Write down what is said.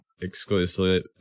exclusively